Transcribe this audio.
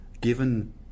given